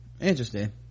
interesting